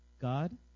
God